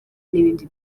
n’ibindi